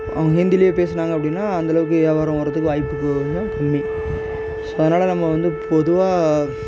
அவங்க ஹிந்தில பேசுனாங்க அப்படின்னா அந்த அளவுக்கு வியாபாரம் ஓடுறதுக்கு வாய்ப்பு கொஞ்சம் கம்மி ஸோ அதனால் நம்ம வந்து பொதுவாக